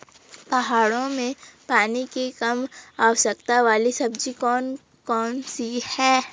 पहाड़ों में पानी की कम आवश्यकता वाली सब्जी कौन कौन सी हैं?